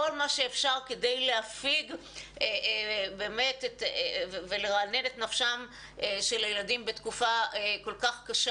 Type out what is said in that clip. כל מה שאפשר כדי להפיג באמת ולרענן את נפשם של הילדים בתקופה כל כך קשה.